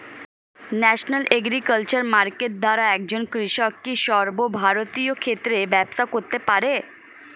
National agriculture market দ্বারা একজন কৃষক কি সর্বভারতীয় ক্ষেত্রে ব্যবসা করতে পারে?